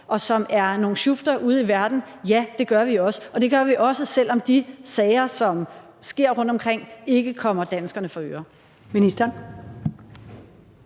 og som er nogle sjufter ude i verden? Ja, det gør vi også. Og det gør vi også, selv om de sager, som sker rundtomkring, ikke kommer danskerne for øre.